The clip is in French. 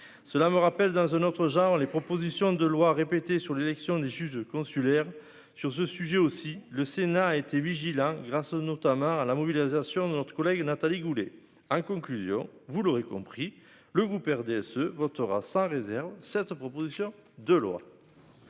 cela me rappelle, dans un autre genre, les propositions de loi répété sur l'élection des juges consulaires sur ce sujet aussi, le Sénat a été vigile hein, grâce notamment à la mobilisation de notre collègue Nathalie Goulet a conclusion, vous l'aurez compris le groupe RDSE votera sans réserve cette proposition de loi.